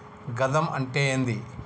గజం అంటే ఏంది?